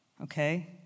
Okay